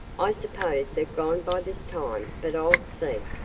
i suppose they've gone by this time, but i'll see.